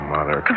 Mother